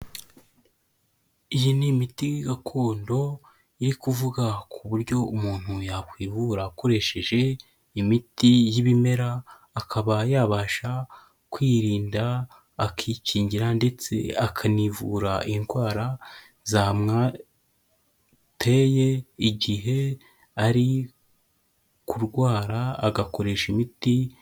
Iyi n’imiti gakondo iri kuvuga ku buryo umuntu yakwivura akoresheje imiti y'ibimera, akaba yabasha kwirinda akikingira ndetse akanivura indwara zamuteye igihe ari kurwara, agakoresha imiti.